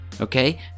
Okay